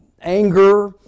anger